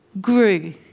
grew